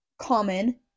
common